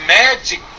magic